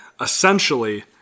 essentially